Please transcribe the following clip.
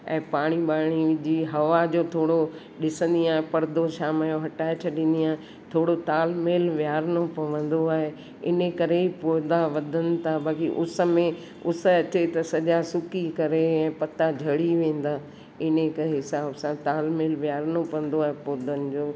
ऐं पाणी ॿाणी विझी हवा जो थोरो ॾिसंदी आहियां पर्दो शाम जो हटाए छॾंदी आहियां थोरो तालमेलु वेहारिणो पवंदो आहे इन करे पोध वधनि था बाक़ी उस में उस अचे त सॼा सुकी करे ऐं पत्ता झड़ी वेंदा आहिनि इने करे हिसाब सां तालमेलु वेहारिणो पवंदो आहे पोधनि जो